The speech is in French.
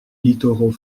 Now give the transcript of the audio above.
littoraux